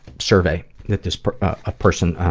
survey that this ah person,